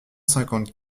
cinquante